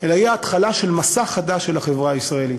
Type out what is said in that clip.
אלא יהיה התחלה של מסע חדש של החברה הישראלית,